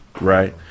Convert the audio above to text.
right